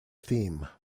theme